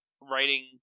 writing